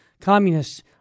communists